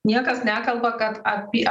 niekas nekalba kad apie